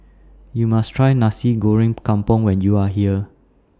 YOU must Try Nasi Goreng Kampung when YOU Are here